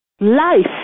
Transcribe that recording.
Life